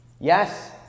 Yes